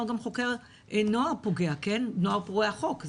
הוא גם חוקר נוער פוגע או פורע חוק,